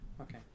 okay